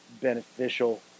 beneficial